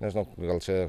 nežinau gal čia